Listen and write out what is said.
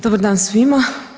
Dobar dan svima.